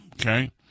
okay